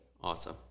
Awesome